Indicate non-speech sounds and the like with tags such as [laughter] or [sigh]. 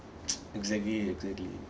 [noise] exactly exactly